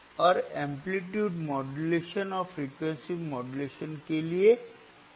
और amplitude modulation और frequency modulation के लिए किस तरह के सर्किट हैं